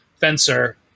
fencer